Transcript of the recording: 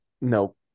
Nope